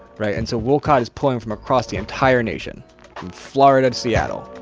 right? and so wolcott is pulling from across the entire nation, from florida to seattle